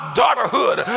daughterhood